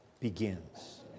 begins